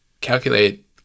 calculate